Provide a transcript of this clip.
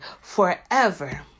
forever